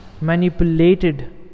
Manipulated